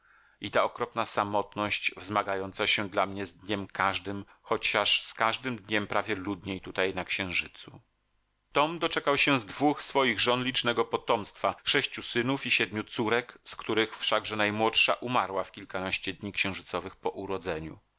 i ta okropna samotność wzmagająca się dla mnie z dniem każdym chociaż z każdym dniem prawie ludniej tutaj na księżycu tom doczekał się z dwóch swoich żon licznego potomstwa sześciu synów i siedmiu córek z których wszakże najmłodsza umarła w kilkanaście dni księżycowych po urodzeniu